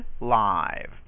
live